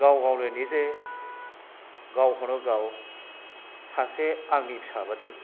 गाव गावनो निजे गावखौनो गाव सासे आंनि फिसाबादि